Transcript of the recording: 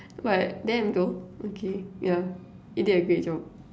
but damn though okay yeah you did a great job